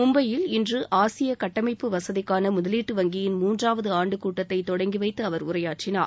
மும்பையில் இன்று ஆசிய கட்டமைப்பு வசதிக்கான முதலீட்டு வங்கியின் மூன்றாவது ஆண்டு கூட்டத்தை தொடங்கி வைத்து அவர் உரையாற்றினார்